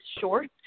short